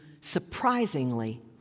surprisingly